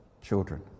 children